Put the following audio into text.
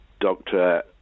doctor